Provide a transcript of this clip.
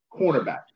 cornerback